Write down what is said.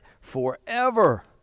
forever